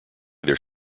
their